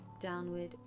downward